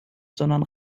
sondern